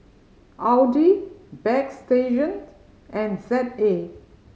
Audi Bagstationz and Z A